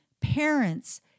parents